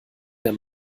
der